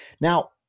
Now